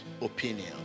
opinion